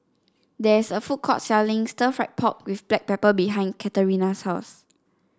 there is a food court selling Stir Fried Pork with Black Pepper behind Katarina's house